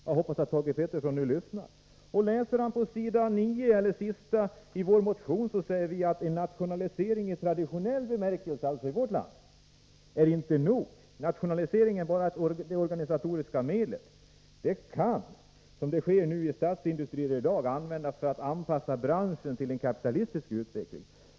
Jag hoppas att Thage Peterson lyssnar nu. På s. 9 i vår partimotion 1982/83:129 skriver vi bl.a. följande: ”En nationalisering i traditionell bemärkelse”, dvs. i vårt land, ”är emellertid inte nog. Nationaliseringen är bara det organisatoriska medlet. Det kan, som sker i många statsindustrier i dag, användas för att anpassa branschen till en kapitalistisk utveckling.